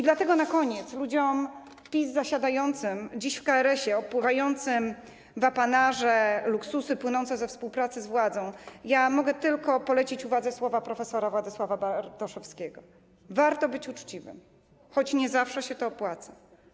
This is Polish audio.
Dlatego na koniec ludziom PiS zasiadającym dziś w KRS, opływającym w apanaże i luksusy wynikające ze współpracy z władzą, mogę tylko polecić uwadze słowa prof. Władysława Bartoszewskiego: Warto być uczciwym, choć nie zawsze się to opłaca.